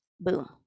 boom